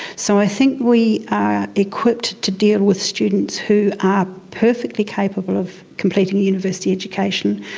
so i think we are equipped to deal with students who are perfectly capable of completing university education,